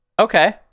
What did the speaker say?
Okay